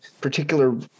particular